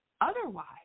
otherwise